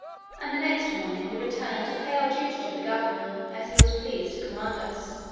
and the next morning we returned to pay our duty to the governor, as he was pleased to command us.